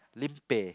lim-peh